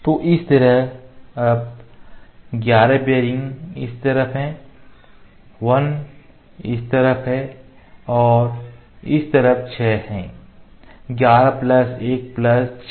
तो इस तरफ 11 बीयरिंग इस तरफ हैं 1 इस तरफ और इस तरफ 6 हैं 11 प्लस 1 प्लस 6